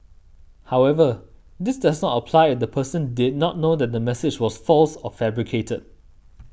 however this does not apply the person did not know that the message was false or fabricated